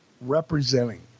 representing